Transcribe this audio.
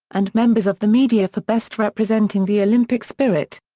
and members of the media for best representing the olympic spirit.